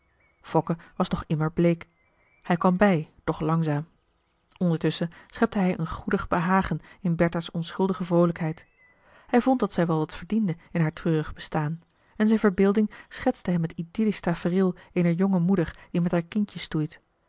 fokke was nog immer bleek hij kwam bij doch langzaam ondertusschen schepte hij een goedig behagen in bertha's onschuldige vroolijkheid hij vond dat zij wel wat verdiende in haar treurig bestaan en zijn verbeelding schetste hem het idyllisch tafereel eener jonge moeder die met haar kindje stoeit